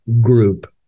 group